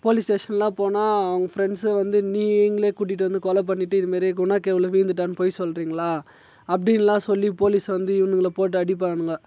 police station எல்லாம் போனால் அவன் ஃப்ரெண்ட்ஸை வந்து நீங்களே கூட்டிகிட்டு வந்து கொலை பண்ணிவிட்டு இதுமாரி குணாகேவில் விழுந்துட்டான்னு பொய் சொல்லுறிங்களா அப்படின்லாம் சொல்லி போலீஸ் வந்து இவனுங்களை போட்டு அடிப்பானுங்க